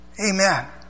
Amen